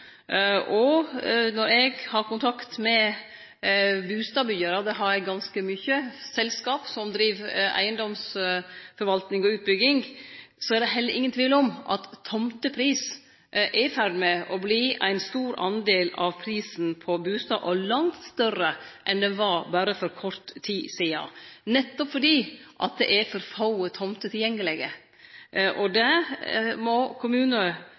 Når eg har kontakt med bustadbyggjarar – det har eg ganske ofte – selskap som driv eigedomsforvalting og utbygging, er det heller ingen tvil om at tomtepris er i ferd med å verte ein stor del av prisen på bustader, og langt større enn han var for berre kort tid sidan, nettopp fordi det er for få tomter tilgjengelege. Dette må kommunesektoren ta ansvar for. Det diskuterer eg jamleg med kommunane.